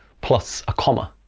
plus a comma